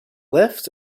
lift